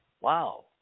Wow